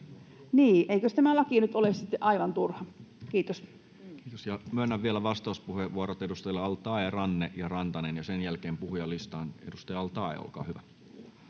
Niin, eikös tämä laki nyt ole sitten aivan turha? — Kiitos. Kiitos. — Myönnän vielä vastauspuheenvuorot edustajille al-Taee, Ranne ja Rantanen, ja sen jälkeen puhujalistaan. — Edustaja al-Taee, olkaa hyvä.